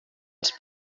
els